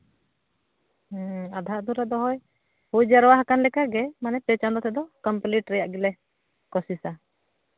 ᱦᱮᱸ ᱟᱫᱷᱟ ᱫᱷᱩᱨᱟᱹ ᱫᱚ ᱳᱭ ᱦᱩᱭ ᱡᱟᱨᱣᱟ ᱟᱠᱟᱱ ᱞᱮᱠᱟᱜᱮ ᱢᱟᱱᱮ ᱯᱮ ᱪᱟᱸᱫᱚ ᱛᱮᱫᱚ ᱠᱚᱢᱯᱞᱤᱴ ᱨᱮᱭᱟᱜ ᱜᱮᱞᱮ ᱠᱚᱥᱤᱥᱟ